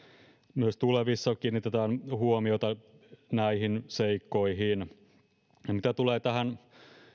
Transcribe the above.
myös tulevissa kiinnitetään huomiota näihin seikkoihin mitä tulee tähän